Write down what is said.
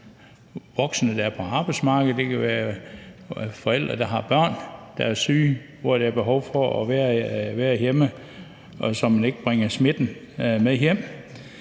voksne, der er på arbejdsmarkedet, og det kan være forældre, der har børn, der er syge, hvor der er behov for at være hjemme, så man ikke bringer smitten med hjem.